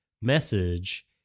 message